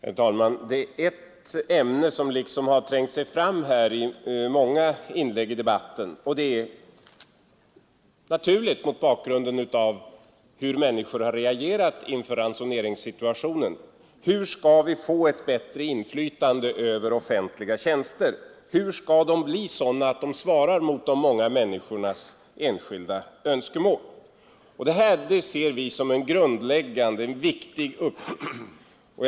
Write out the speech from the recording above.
Herr talman! Ett ämne som trängt sig fram i många inlägg i debatten — och det är naturligt mot bakgrunden av hur människor har reagerat inför ransoneringssituationen — är frågan hur vi skall få ett bättre inflytande över offentliga tjänster. Hur skall de bli sådana att de svarar mot de många människornas enskilda önskemål? Detta ser vi som en viktig och grundläggande uppgift.